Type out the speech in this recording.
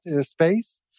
space